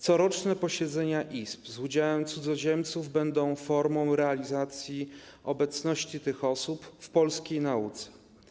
Coroczne posiedzenia izb z udziałem cudzoziemców będą formą realizacji obecności tych osób w polskiej nauce.